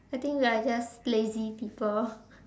I think we are just lazy people